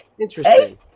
Interesting